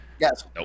Yes